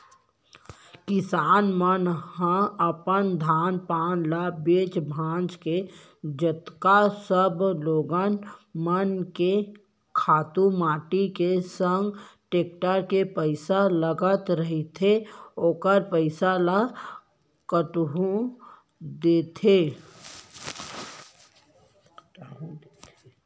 किसान मन ह अपन धान पान ल बेंच भांज के जतका सब लोगन मन के खातू माटी के संग टेक्टर के पइसा लगत रहिथे ओखर पइसा ल लहूटा देथे